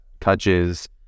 touches